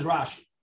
Rashi